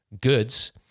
goods